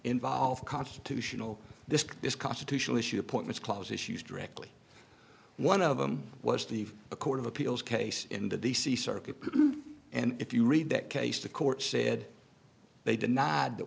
involve constitutional this is constitutional issue appointments clause issues directly one of them was the a court of appeals case in the d c circuit and if you read that case the court said they denied th